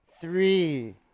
Three